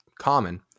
common